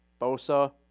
Bosa